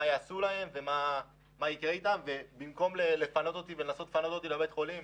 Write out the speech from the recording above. מה יעשו להם ומה יקרה אתם וזה במקום לפנות אותי לבית חולים.